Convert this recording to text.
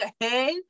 ahead